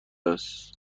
است